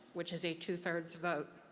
which is a two-thirds vote.